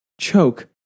choke